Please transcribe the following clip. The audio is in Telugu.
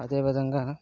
అదే విధంగా